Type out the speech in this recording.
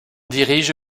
dirige